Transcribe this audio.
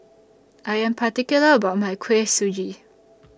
I Am particular about My Kuih Suji